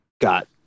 got